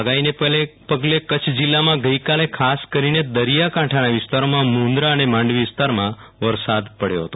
આગાહી ને પગલે કચ્છ જીલ્લામાં ગઈકાલે ખાસ કરીને દરિયાકાંઠાના વિસ્તારો મુન્દ્રા અને માંડવી માં વરસાદ પડ્યો હતો